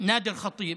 הבעלים שלו נאדר ח'טיב,)